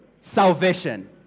salvation